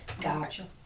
Gotcha